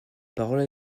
parole